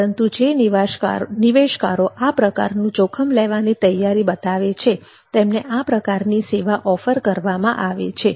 પરંતુ જે નિવેશકારો આ પ્રકારનું જોખમ લેવાની તૈયારી બતાવે છે તેમને આ પ્રકારની સેવા ઓફર કરવામાં આવે છે